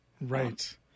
right